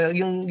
yung